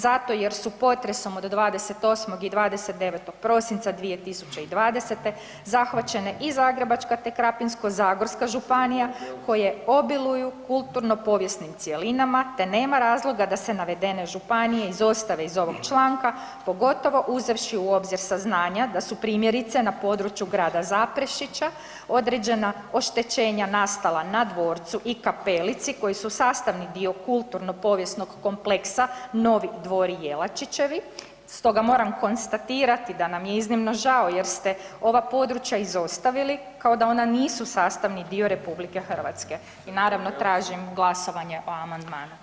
Zato jer su potresom od 28. i 29. prosinca 2020. zahvaćene i Zagrebačka te Krapinsko-zagorska županije koje obiluju kulturno-povijesnim cjelinama te nema razloga da se navedene županije izostave iz ovog članaka pogotovo uzevši u obzir saznanja da su primjerice na području grada Zaprešića određena oštećenja nastala na dvorcu i kapelici koji su sastavni dio kulturno-povijesnog kompleksa Novi dvori Jelačićevi, stoga moram konstatirati da nam je iznimno žao jer ste ova područja izostavili kao da on nisu sastavni dio RH. i naravno, tražim glasovanje o amandmanu.